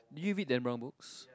did you read dan brown books